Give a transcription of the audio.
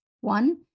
One